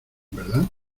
verdad